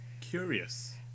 Curious